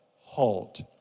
HALT